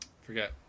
forget